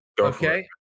okay